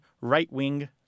right-wing